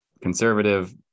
conservative